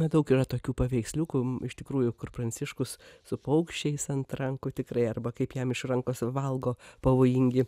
na daug yra tokių paveiksliukų iš tikrųjų kur pranciškus su paukščiais ant rankų tikrai arba kaip jam iš rankos valgo pavojingi